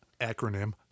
acronym